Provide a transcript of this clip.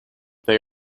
they